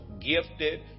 gifted